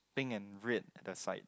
pink and red at the side